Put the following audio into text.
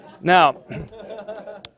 Now